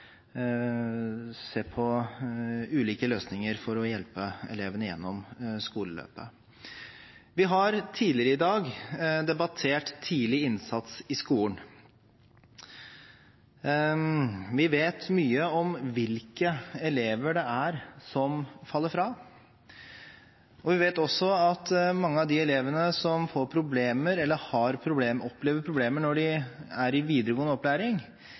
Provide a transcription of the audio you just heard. se på ulike løsninger for å hjelpe elevene gjennom skoleløpet. Vi har tidligere i dag debattert tidlig innsats i skolen. Vi vet mye om hvilke elever som faller fra. Vi vet også at mange av elevene som opplever problemer under videregående opplæring, ofte har hatt problemer gjennom hele skoleløpet. Det er ikke sånn at problemene oppstår idet de begynner i videregående opplæring.